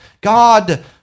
God